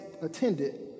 attended